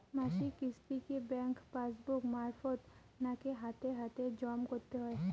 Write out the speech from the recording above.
মাসিক কিস্তি কি ব্যাংক পাসবুক মারফত নাকি হাতে হাতেজম করতে হয়?